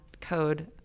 code